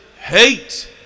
hate